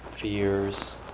fears